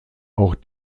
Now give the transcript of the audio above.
auch